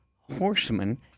horsemen